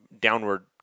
downward